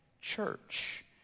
church